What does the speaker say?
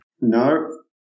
No